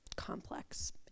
Complex